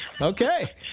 okay